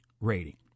rating